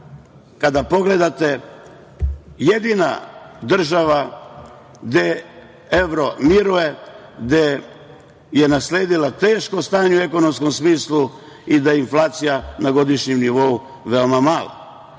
kada pogledate, je jedina država gde evro miruje, gde je nasledila teško stanje u ekonomskom smislu i da je inflacija na godišnjem nivou je veoma mala.